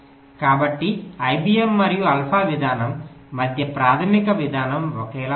కాబట్టి ఐబిఎం మరియు ఆల్ఫా విధానం మధ్య ప్రాథమిక విధానం ఒకేలాగా ఉంటుంది